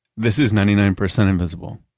this is ninety nine percent invisible.